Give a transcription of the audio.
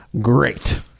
Great